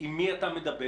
עם מי אתה מדבר?